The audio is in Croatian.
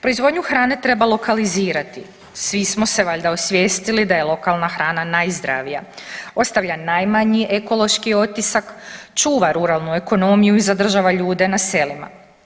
Proizvodnju hrane treba lokalizirati, svi smo se valjda osvijestili da je lokalna hrana najzdravija, ostavlja najmanji ekološki otisak, čuva ruralnu ekonomiju i zadržava ljude na selima.